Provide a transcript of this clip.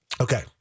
Okay